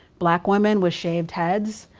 black women with shaved heads,